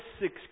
six